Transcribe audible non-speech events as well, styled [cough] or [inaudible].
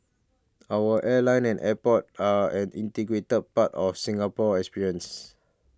our airline and airport are an [unintelligible] part of the Singapore experience